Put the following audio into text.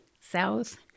south